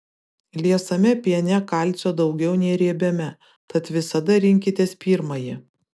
liesame piene kalcio daugiau nei riebiame tad visada rinkitės pirmąjį